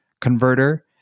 converter